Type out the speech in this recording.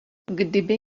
kdyby